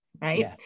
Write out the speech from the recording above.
Right